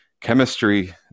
chemistry